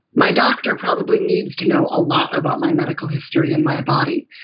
my doctor probably needs to know a lot about my medical history and my body.